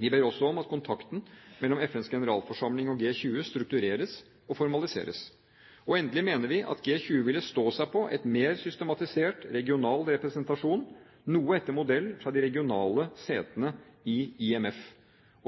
Vi ber også om at kontakten mellom FNs generalforsamling og G20 struktureres og formaliseres. Og endelig mener vi at G20 ville stå seg på en mer systematisert, regional representasjon – noe etter modell fra de regionale setene i IMF.